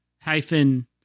hyphen